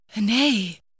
Nay